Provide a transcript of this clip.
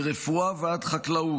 מרפואה ועד חקלאות,